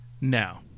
now